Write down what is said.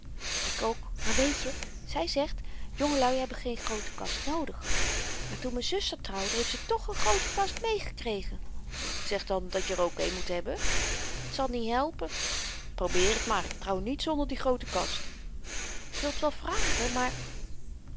ik ook maar weetje zy zegt jongelui hebben geen groote kast noodig maar toen m'n zuster trouwde heeft ze toch n groote kast meegekregen zeg dan dat je r ook een moet hebben t zal niet helpen probeer t maar ik trouw niet zonder die groote kast k wil t wel vragen maar